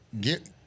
get